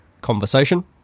conversation